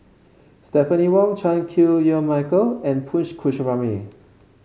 Stephanie Wong Chan Chew Yow Michael and Punch Coomaraswamy